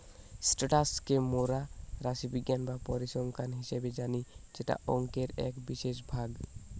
status কে মোরা রাশিবিজ্ঞান বা পরিসংখ্যান হিসেবে জানি যেটা অংকের এক বিশেষ ভাগ